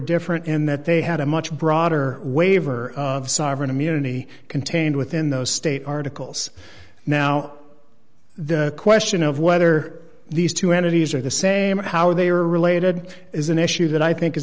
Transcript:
different in that they had a much broader waiver of sovereign immunity contained within those state articles now the question of whether these two entities are the same and how they are related is an issue that i think is